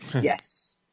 Yes